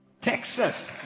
Texas